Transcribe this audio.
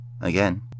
again